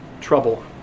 trouble